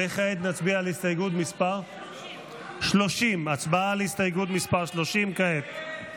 וכעת נצביע על הסתייגות מס' 30. 30. הצבעה על הסתייגות מס' 30 כעת.